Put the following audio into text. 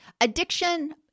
Addiction